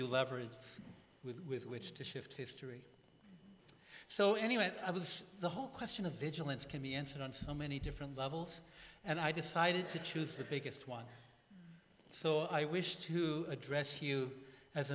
you leverage with which to shift history so anyway i was the whole question of vigilance can be answered on so many different levels and i decided to choose the biggest one so i wish to address you as